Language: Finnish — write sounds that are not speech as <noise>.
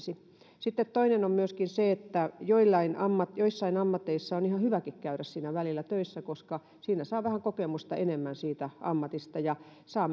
sitten toinen on myöskin se että joissain ammateissa on ihan hyväkin käydä välillä töissä koska siinä saa vähän enemmän kokemusta siitä ammatista ja saa <unintelligible>